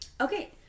okay